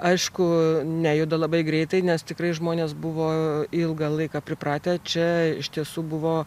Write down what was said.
aišku nejuda labai greitai nes tikrai žmonės buvo ilgą laiką pripratę čia iš tiesų buvo